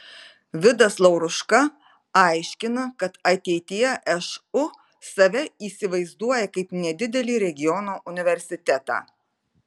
vidas lauruška aiškina kad ateityje šu save įsivaizduoja kaip nedidelį regiono universitetą